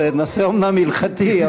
זה אומנם נושא הלכתי,